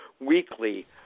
weekly